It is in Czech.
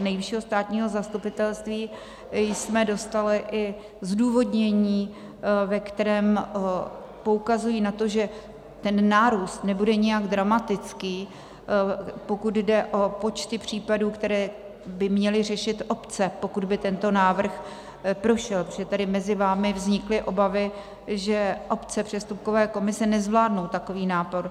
Od Nejvyššího státního zastupitelství jsme dostali i zdůvodnění, ve kterém poukazují na to, že ten nárůst nebude nijak dramatický, pokud jde o počty případů, které by měly řešit obce, pokud by tento návrh prošel, protože mezi vámi vznikly obavy, že obce, přestupkové komise, nezvládnou takový nápor.